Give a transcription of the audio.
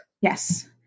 Yes